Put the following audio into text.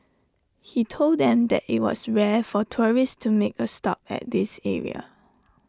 he told them that IT was rare for tourists to make A stop at this area